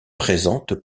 présentent